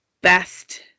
best